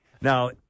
Now